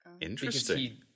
interesting